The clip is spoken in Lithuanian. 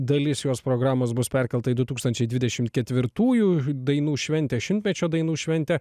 dalis jos programos bus perkelta į du tūkstančiai dvidešimt ketvirtųjų dainų šventę šimtmečio dainų šventę